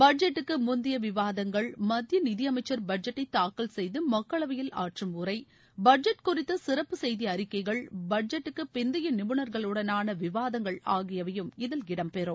பட்ஜெட்டுக்கு முந்தைய விவாதங்கள் மத்திய நிதியமைச்சர் பட்ஜெட்டை தாக்கல் செய்து மக்களவையில் ஆற்றும் உரை பட்ஜெட் குறித்த சிறப்பு செய்தி அறிக்கைகள் பட்ஜெட்டுக்கு பிந்தைய நிபுணர்களுடனான விவாதங்கள் ஆகியவையும் இதில் இடம் பெறும்